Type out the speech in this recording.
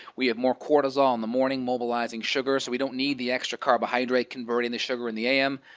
we have more cortisol in the morning, mobilizing sugar, so we don't need the extra carbohydrate converting the sugar in the a m.